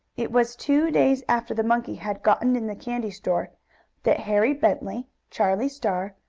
it was two days after the monkey had gotten in the candy-store that harry bentley, charlie star,